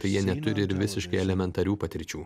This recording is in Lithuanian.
tai jie neturi ir visiškai elementarių patirčių